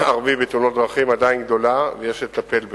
הערבי בתאונות דרכים עדיין גדולה, ויש לטפל בכך.